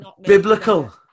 biblical